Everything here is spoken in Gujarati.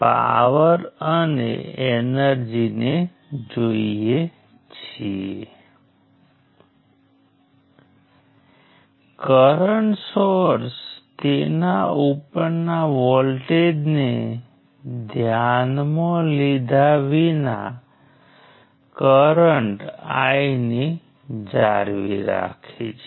દાખલા તરીકે દ્વારા મારો મતલબ છે કે ઈન્ડિપેન્ડેન્ટ લૂપ્સ આ બ્રાન્ચીઝ 1 અને 2 લૂપ બનાવે છે બ્રાન્ચીઝ 1 6 3 લૂપ બનાવે છે બ્રાન્ચીઝ 2 6 3 પણ લૂપ બનાવે છે